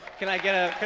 can i get a